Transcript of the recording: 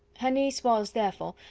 her niece was, therefore,